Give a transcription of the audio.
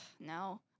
No